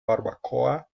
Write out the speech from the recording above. barbacoa